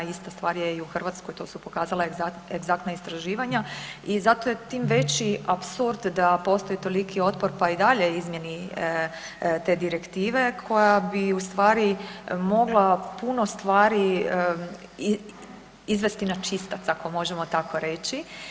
Ista stvar je i u Hrvatskoj, to su pokazala egzaktna istraživanja i zato je tim veći apsurd da postoji toliki otpor pa i dalje izmjeni te direktive koja bi u stvari mogla puno stvari izvesti na čistac ako možemo tako reći.